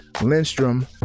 lindstrom